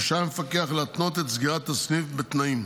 רשאי המפקח להתנות את סגירת הסניף בתנאים,